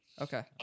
Okay